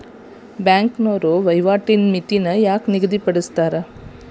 ಬ್ಯಾಂಕ್ನೋರ ವಹಿವಾಟಿನ್ ಮಿತಿನ ಯಾಕ್ ನಿಗದಿಪಡಿಸ್ತಾರ